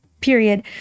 period